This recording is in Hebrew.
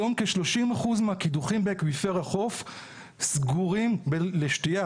היום כ-30% מהקידוחים באקוויפר החוף סגורים לשתייה.